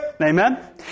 Amen